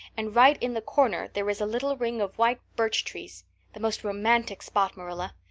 and right in the corner there is a little ring of white birch trees the most romantic spot, marilla.